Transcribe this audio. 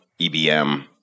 EBM